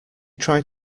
tried